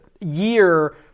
year